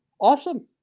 awesome